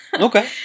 Okay